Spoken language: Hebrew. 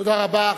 תודה רבה.